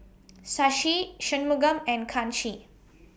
Shashi Shunmugam and Kanshi